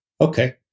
okay